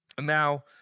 now